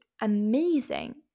amazing